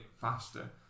faster